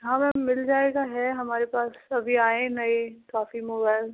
हाँ मैम मिल जाएगा है हमारे पास अभी आए हैं नए काफ़ी मोबाइल